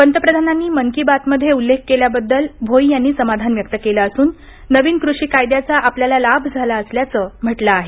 पंतप्रधानांनी मन की बात मध्ये उल्लेख केल्याबद्दल भोई यांनी समाधान व्यक्त केलं असून नवीन कृषी कायद्याचा आपल्याला लाभ झाला असल्याचं म्हटलं आहे